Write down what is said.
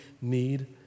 need